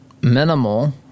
minimal